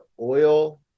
oil